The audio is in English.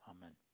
Amen